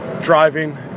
driving